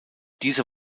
diese